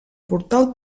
portal